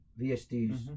VSDs